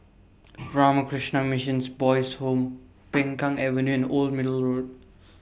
Ramakrishna Missions Boys' Home Peng Kang Avenue and Old Middle Road